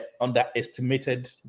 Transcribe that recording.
underestimated